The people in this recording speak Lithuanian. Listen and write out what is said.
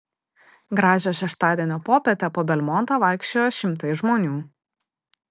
gražią šeštadienio popietę po belmontą vaikščiojo šimtai žmonių